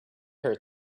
her